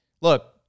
look